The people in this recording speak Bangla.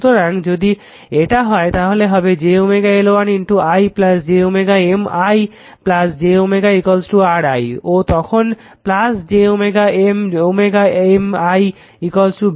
সুতরাং যদি এটা হয় তাহলে হবে j L1 i j M i j r i ও তখন j M M i v